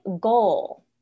goal